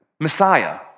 Messiah